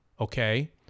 okay